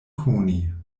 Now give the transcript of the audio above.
koni